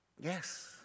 Yes